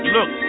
Look